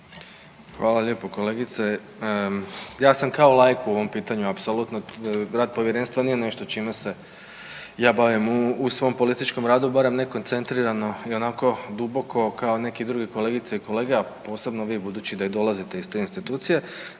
Hvala lijepo kolegice. Ja sam kao laik u ovom pitanju apsolutno, rad povjerenstva nije nešto čime se ja bavim u svom političkom radu, barem ne koncentrirano i onako duboko kao neki drugi kolegice i kolege, a posebno vi budući da dolazite iz te institucije.